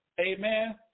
Amen